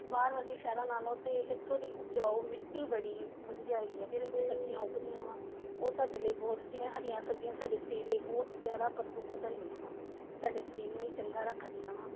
ਬਾਹਰ ਵਰਗੇ ਸ਼ਹਿਰਾਂ ਨਾਲ਼ੋਂ ਤਾਂ ਇੱਥੋਂ ਦੀ ਉਪਜਾਊ ਮਿੱਟੀ ਬੜੀ ਵਧੀਆ ਹੈਗੀ ਆ ਜਿਹਦੇ ਵਿੱਚ ਸਬਜ਼ੀਆਂ ਉੱਗਦੀਆਂ ਵਾ ਉਹ ਸਾਡੇ ਲਈ ਬਹੁਤ ਜਿਵੇਂ ਹਰੀਆਂ ਸਬਜ਼ੀਆਂ ਸਾਡੇ ਸਰੀਰ ਲਈ ਬਹੁਤ ਜ਼ਿਆਦਾ ਪ੍ਰਫੂੱਲਿਤ ਹੈਗੀਆ ਵਾ ਸਾਡੇ ਸਰੀਰ ਨੂੰ ਵੀ ਚੰਗਾ ਰੱਖਦੀਆਂ ਵਾ